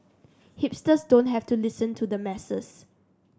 hipsters don't have to listen to the masses